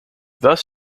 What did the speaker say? thus